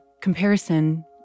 comparison